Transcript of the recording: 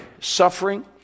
suffering